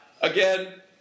again